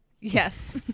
Yes